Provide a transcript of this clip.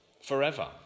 forever